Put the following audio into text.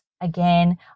Again